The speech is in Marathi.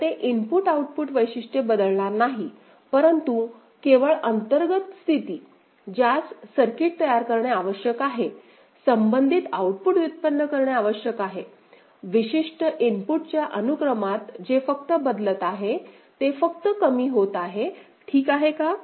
तर ते इनपुट आउटपुट वैशिष्ट्ये बदलणार नाही परंतु केवळ अंतर्गत स्थिती ज्यास सर्किट तयार करणे आवश्यक आहे संबंधित आउटपुट व्युत्पन्न करणे आवश्यक आहे विशिष्ट इनपुटच्या अनुक्रमात जे फक्त बदलत आहे ते फक्त कमी होत आहे ठीक आहे का